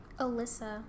Alyssa